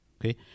Okay